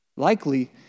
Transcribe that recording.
Likely